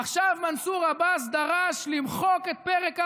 עכשיו מנסור עבאס דרש למחוק את פרק האכיפה,